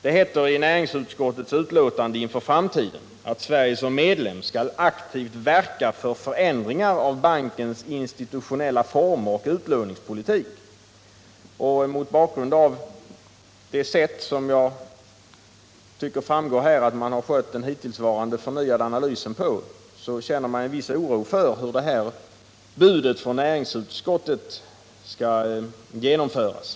Det heter i näringsutskottets betänkande att Sverige inför fram Måndagen den tiden som medlem skall aktivt verka för förändringar av bankens in 21 november 1977 stitutionella former och utlåningspolitik. Mot bakgrund av det sätt på = vilket man — som det enligt min mening här tycks framgå — har skött — Om Interamerikanden hittillsvarande förnyade analysen känner jag en viss oro för hur detta — ska utvecklingsbud från näringsutskottet skall genomföras.